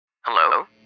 Hello